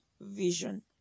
vision